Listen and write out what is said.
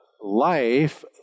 life